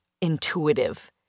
intuitive